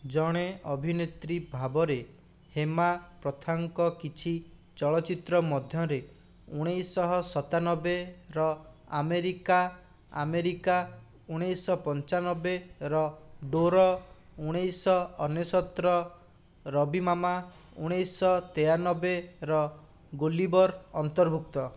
ଜଣେ ଅଭିନେତ୍ରୀ ଭାବରେ ହେମା ପ୍ରଥାଙ୍କ କିଛି ଚଳଚ୍ଚିତ୍ର ମଧ୍ୟରେ ଉଣେଇଶିଶହ ସତାନବେ ର ଆମେରିକା ଆମେରିକା ଉଣେଇଶିଶହ ପଞ୍ଚାନବେ ର ଡୋର ଉଣେଇଶିଶହ ଅନେଶତ ର ରବି ମାମା ଉଣେଇଶିଶହ ତେୟାନବେ ର ଗୁଲିବର ଅନ୍ତର୍ଭୁକ୍ତ